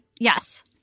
Yes